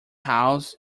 house